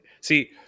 See